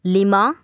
lima